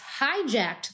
hijacked